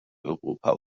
europa